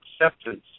acceptance